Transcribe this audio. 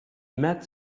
met